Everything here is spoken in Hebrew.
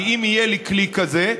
כי אם יהיה לי כלי כזה,